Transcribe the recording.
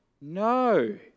no